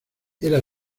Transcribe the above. era